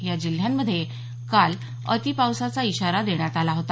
या जिल्ह्यामधे काल अतीपावसाचा इशारा देण्यात आला होता